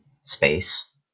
space